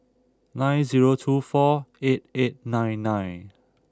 nine zero two four eight eight nine nine